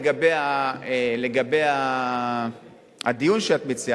לגבי הדיון שאת מציעה,